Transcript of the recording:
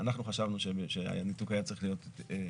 אנחנו חשבנו שהניתוק היה צריך להיות יותר